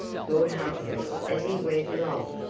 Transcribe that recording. thought humphrey as he went along,